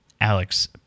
alex